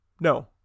No